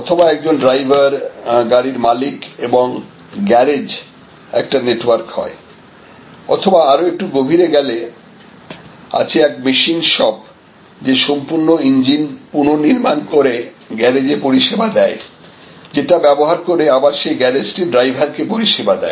অথবা একজন ড্রাইভার গাড়ির মালিক এবং গ্যারেজ একটা নেটওয়ার্ক হয় অথবা আরও একটু গভীরে গেলে আছে এক মেশিন শপ যে সম্পূর্ণ ইঞ্জিন পুননির্মাণ করে গ্যারেজে পরিষেবা দেয় যেটা ব্যবহার করে আবার সেই গ্যারেজ টি ড্রাইভারকে পরিষেবা দেয়